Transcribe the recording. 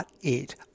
eat